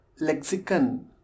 lexicon